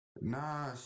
Nah